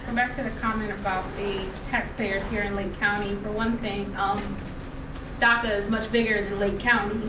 back to the comment about the tax payers here in lake county. for one thing, um daca is much bigger than lake county.